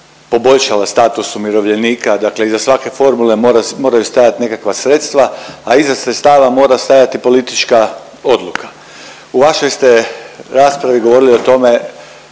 poboljšala status umirovljenika, dakle iza svake formule moraju stajat nekakva sredstva, a iza sredstava mora stajati politička odluka. U vašoj ste raspravi govorili o tome